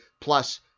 plus